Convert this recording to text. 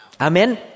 Amen